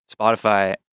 Spotify